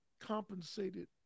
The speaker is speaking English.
compensated